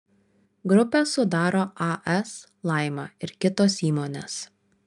grupę sudaro as laima ir kitos įmonės